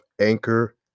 anchor